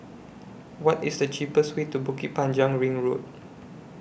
What IS The cheapest Way to Bukit Panjang Ring Road